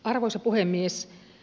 arvoisa puhemies